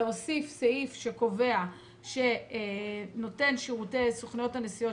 להוסיף סעיף שקובע שנותן שירותי סוכנויות הנסיעות,